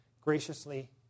graciously